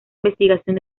investigación